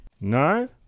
No